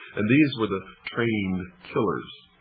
and these were the trained killers.